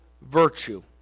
virtue